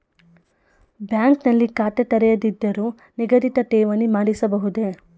Bank ನಲ್ಲಿ ಖಾತೆ ತೆರೆಯದಿದ್ದರೂ ನಿಗದಿತ ಠೇವಣಿ ಮಾಡಿಸಬಹುದೇ?